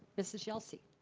mrs. yelsey.